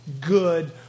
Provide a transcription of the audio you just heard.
good